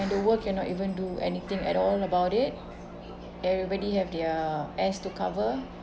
and the world cannot even do anything at all about it everybody have their ass to cover